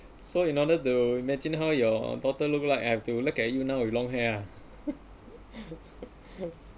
so in order to imagine how your daughter look like I have to look at you now with long hair ah